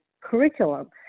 curriculum